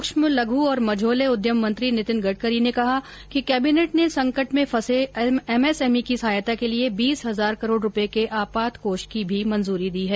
सूक्ष्म लघु और मझोले उद्यम मंत्री नितिन गडकरी ने कहा कि कैबिनेट ने संकट में फंसे एमएसएमई की सहायता के लिए बीस हजार करोड़ रुपये के आपात कोष को भी मंजूरी दी है